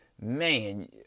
Man